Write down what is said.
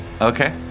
Okay